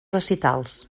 recitals